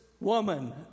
woman